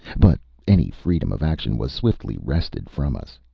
but any freedom of action was swiftly wrested from us.